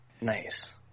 Nice